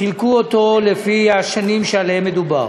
חילקו אותם לפי השנים שעליהן מדובר.